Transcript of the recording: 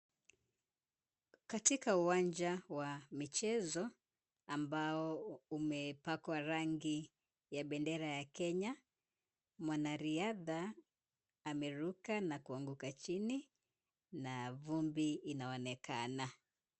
Katika uwanja wa michezo ambao umepakwa rangi ya bendera ya Kenya, mwanariadha ameruka na kuanguka chini na vumbi inaonekana.